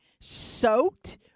soaked